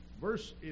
verse